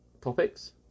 topics